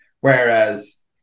Whereas